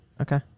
Okay